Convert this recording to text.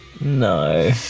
No